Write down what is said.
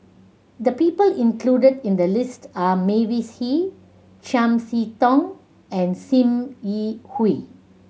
the people included in the list are Mavis Hee Chiam See Tong and Sim Yi Hui